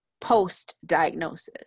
post-diagnosis